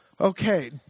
okay